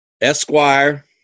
Esquire